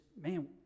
man